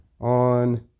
on